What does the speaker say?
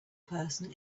person